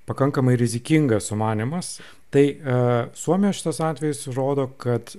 pakankamai rizikingas sumanymas tai e suomijos atvejis rodo kad